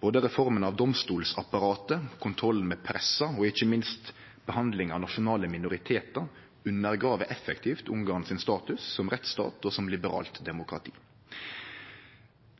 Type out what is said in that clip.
Både reforma av domstolsapparatet, kontrollen med pressa og, ikkje minst, behandlinga av nasjonale minoritetar undergrev effektivt Ungarn sin status som rettsstat og som liberalt demokrati.